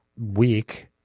week